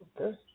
Okay